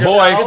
Boy